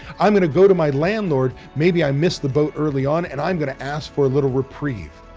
i'm going to go to my landlord. maybe i missed the boat early on and i'm going to ask for a little reprieve.